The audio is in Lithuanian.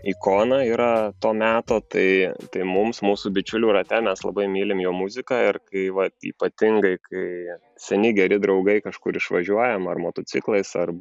ikona yra to meto tai tai mums mūsų bičiulių rate mes labai mylim jo muziką ir kai vat ypatingai kai seni geri draugai kažkur išvažiuojam ar motociklais ar